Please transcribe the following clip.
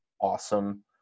awesome